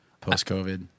post-COVID